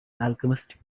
alchemist